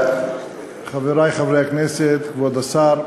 חברי חברי הכנסת, כבוד השר,